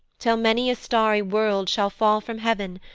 till many a starry world shall fall from heav'n,